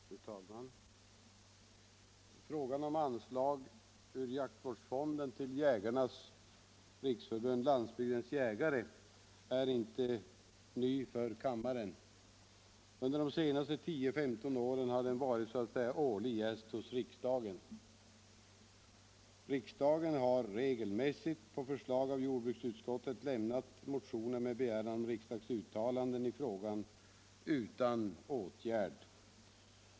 Fru talman! Frågan om anslag ur jaktvårdsfonden till Jägarnas riksförbund-Landsbygdens jägare är inte ny för kammaren. Under de senaste 10-15 åren har den varit så att säga årlig gäst hos riksdagen. Riksdagen har regelmässigt på förslag av jordbruksutskottet lämnat motioner med begäran om riksdagsuttalanden i frågan utan åtgärd.